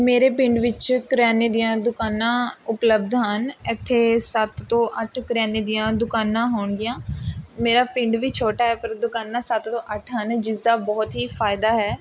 ਮੇਰੇ ਪਿੰਡ ਵਿੱਚ ਕਰਿਆਨੇ ਦੀਆਂ ਦੁਕਾਨਾਂ ਉਪਲੱਬਧ ਹਨ ਇੱਥੇ ਸੱਤ ਤੋਂ ਅੱਠ ਕਰਿਆਨੇ ਦੀਆਂ ਦੁਕਾਨਾਂ ਹੋਣਗੀਆਂ ਮੇਰਾ ਪਿੰਡ ਵੀ ਛੋਟਾ ਹੈ ਪਰ ਦੁਕਾਨਾਂ ਸੱਤ ਤੋਂ ਅੱਠ ਹਨ ਜਿਸ ਦਾ ਬਹੁਤ ਹੀ ਫਾਇਦਾ ਹੈ